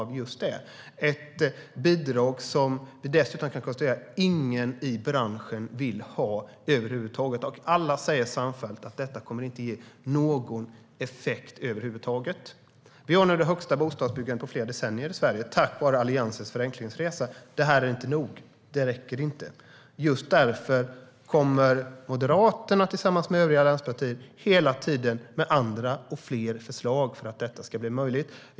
Vi kan konstatera att det dessutom är ett bidrag som ingen i branschen vill ha över huvud taget. Alla säger samfällt att det inte kommer att ge någon effekt alls. Vi har nu det högsta bostadsbyggandet på flera decennier i Sverige tack vare Alliansens förenklingsresa. Detta är inte nog - det räcker inte. Just därför kommer Moderaterna tillsammans med övriga allianspartier hela tiden med andra och fler förslag för att detta ska bli möjligt.